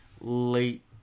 late